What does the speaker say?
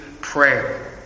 prayer